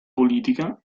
politica